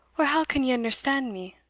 or how can you understand me?